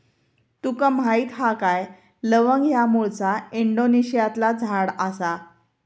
तुका माहीत हा काय लवंग ह्या मूळचा इंडोनेशियातला झाड आसा